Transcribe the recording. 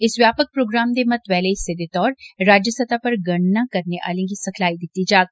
इस व्यापक प्रोग्राम दे महत्वै आले हिस्से दे तौर राज्य सतह पर गणना करने आलें गी सखलाई दित्ती जाग